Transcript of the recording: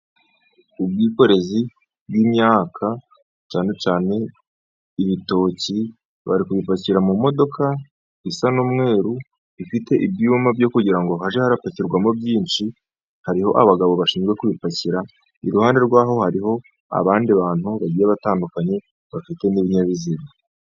Ubwikorezi bw'imyaka cyane cyane ibitoki, bari kubipakira mu modoka, isa n'umweru, ifite ibyuma byo kugira ngo hajye harapakirwamo byinshi, hariho abagabo bashinzwe kubipakira, iruhande rw'aho hariho abandi bantu bagiye batandukanye, bafite n'ibinyabiziga.